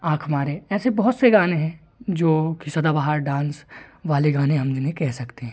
आँख मारे ऐसे बहुत से गाने हैं जो कि सदाबहार डांस वाले गाने हम इन्हें कह सकते हैं